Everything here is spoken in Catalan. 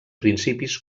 principis